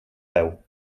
peu